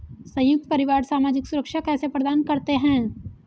संयुक्त परिवार सामाजिक सुरक्षा कैसे प्रदान करते हैं?